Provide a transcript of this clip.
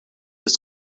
des